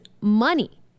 money